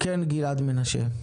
כן, גלעד מנשה.